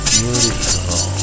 beautiful